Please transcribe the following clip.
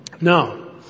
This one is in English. No